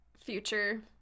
future